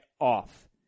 off